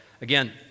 Again